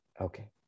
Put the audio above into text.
Okay